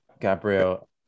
Gabriel